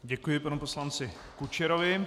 Děkuji panu poslanci Kučerovi.